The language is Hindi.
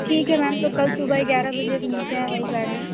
ठीक है मैम तो कल सुबह ग्यारह बजे मिलते हैं वहीं